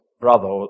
brother